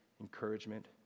encouragement